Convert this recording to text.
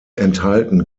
enthalten